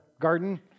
garden